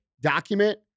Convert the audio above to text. document